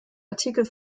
artikel